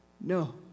No